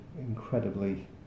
incredibly